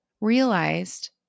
realized